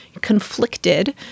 conflicted